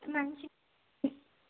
మనిషి